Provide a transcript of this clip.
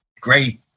great